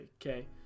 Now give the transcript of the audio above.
okay